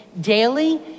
daily